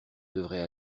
devrait